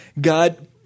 God